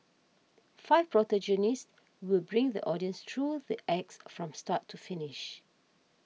five protagonists will bring the audience through the acts from start to finish